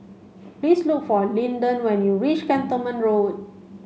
please look for Lyndon when you reach Cantonment Road